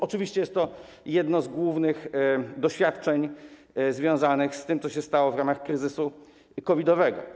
Oczywiście jest to jedno z głównych doświadczeń związanych z tym, co się stało w ramach kryzysu COVID-owego.